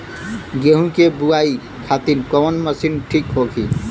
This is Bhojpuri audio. गेहूँ के बुआई खातिन कवन मशीन ठीक होखि?